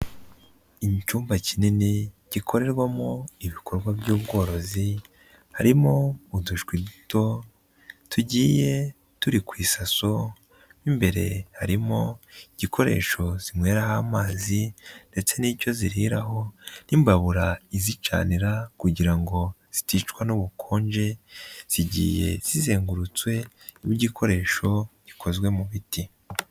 Mu cyumba kinini gikorerwamo ibikorwa by'ubworozi harimo udushwi duto tugiye turi ku isaso mo imbere harimo igikoresho zinyweraho amazi ndetse n'icyo ziraho, n'imbabura izicanira kugira ngo ziticwa n'ubukonje. Zigiye zizengurutswe n'igikoresho gikozwe mu biti.